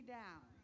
down